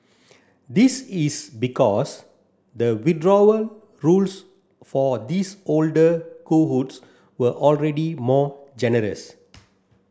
this is because the withdrawal rules for these older cohorts were already more generous